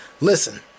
Listen